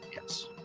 Yes